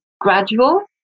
gradual